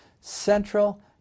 central